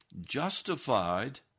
justified